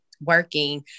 working